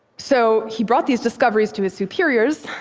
so he brought these discoveries to his superiors,